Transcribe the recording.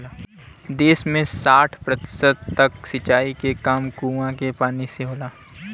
देस में साठ प्रतिशत तक सिंचाई के काम कूंआ के पानी से होला